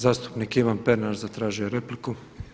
Zastupnik Ivan Pernar zatražio je repliku.